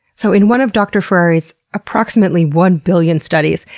so in one of dr. ferrari's approximately one billion studies,